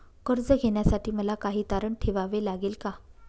कर्ज घेण्यासाठी मला काही तारण ठेवावे लागेल का?